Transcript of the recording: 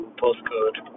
postcode